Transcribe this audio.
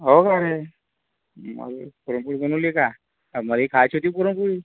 हो का रे पुरणपोळी बनवली आहे का मलाही खायची होती पुरणपोळी